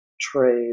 trade